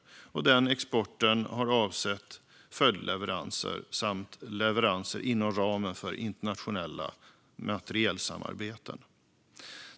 Den exporten har avsett följdleveranser samt leveranser inom ramen för internationella materielsamarbeten.